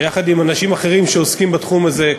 ויחד עם אנשים אחרים שעוסקים בתחום הזה,